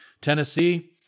Tennessee